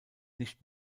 nicht